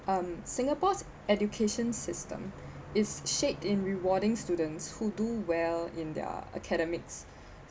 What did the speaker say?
um singapore's education system is shaped in rewarding students who do well in their academics